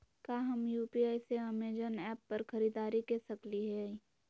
का हम यू.पी.आई से अमेजन ऐप पर खरीदारी के सकली हई?